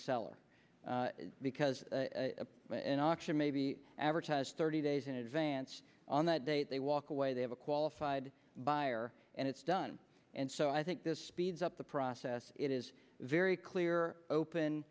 seller because of an auction maybe advertise thirty days in advance on that date they walk away they have a qualified buyer and it's done and so i think this speeds up the process it is very clear open